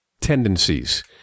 tendencies